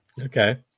okay